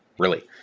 really.